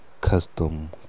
Custom